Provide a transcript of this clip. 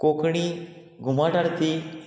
कोंकणी घुमट आरती